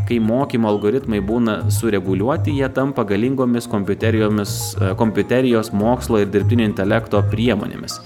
kai mokymo algoritmai būna sureguliuoti jie tampa galingomis kompiuterijomis kompiuterijos mokslo ir dirbtinio intelekto priemonėmis